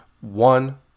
one